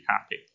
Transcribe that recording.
happy